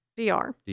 DR